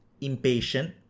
impatient